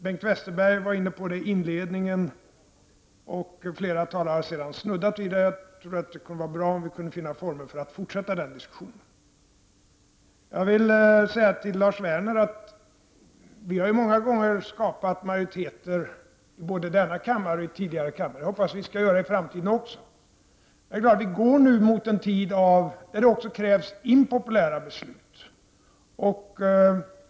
Bengt Westerberg var inne på problemen i sitt inledningsanförande, och flera talare har sedan snuddat vid dem. Det vore bra om vi kunde finna former för att fortsätta den diskussionen. Till Lars Werner vill jag säga att vi många gånger har skapat majoritet i denna kammare och i tidigare kammare. Jag hoppas att vi skall göra det i framtiden också. Vi går nu mot en tid där också impopulära beslut krävs.